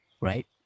Right